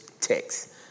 text